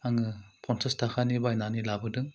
आङो पन्चास ताकानि बायनानै लाबोदों